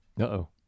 Uh-oh